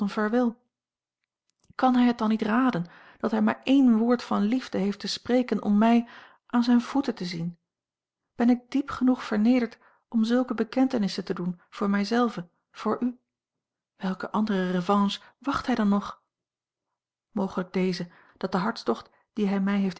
kan hij het dan niet raden dat hij maar één woord van liefde heeft te spreken om mij aan zijne voeten te zien ben ik diep genoeg vernederd om zulke bekentenissen te doen voor mij zelve voor u welke andere revanche wacht hij dan nog mogelijk deze dat de hartstocht dien hij mij heeft